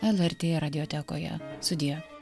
lrt radiotekoje sudie